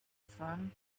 from